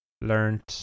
learned